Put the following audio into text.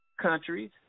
countries